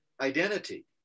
identity